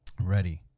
Ready